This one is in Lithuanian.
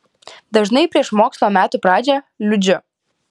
dažnai prieš mokslo metų pradžią liūdžiu